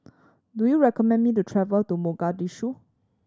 do you recommend me to travel to Mogadishu